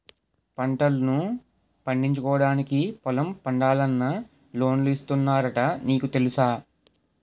పంటల్ను పండించుకోవడానికి పొలం పండాలన్నా లోన్లు ఇస్తున్నారట నీకు తెలుసా?